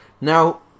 Now